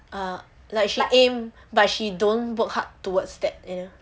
err like she aim but she don't work hard towards that you know